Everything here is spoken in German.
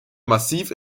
massiv